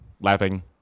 laughing